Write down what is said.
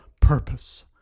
purpose